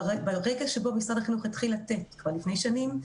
וברגע שבו משרד החינוך התחיל לתת כבר לפני שנים,